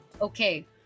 Okay